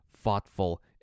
thoughtful